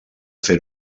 fer